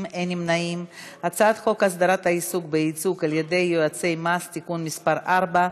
להעביר את הצעת חוק הסדרת העיסוק בייצוג על ידי יועצי מס (תיקון מס' 4),